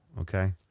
Okay